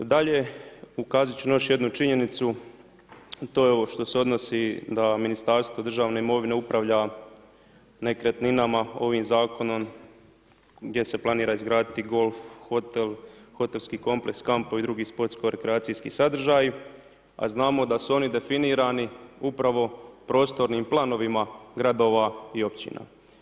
Dalje, ukazat ću na još jednu činjenicu, a to je ovo što se odnosi da Ministarstvo državne imovine upravlja nekretninama ovim zakonom gdje se planira izgraditi golf hotel, hotelski kompleks, kampovi i drugi sportsko rekreacijski sadržaji, a znamo da su oni definirani upravo prostornim planovima gradova i općina.